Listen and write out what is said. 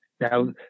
Now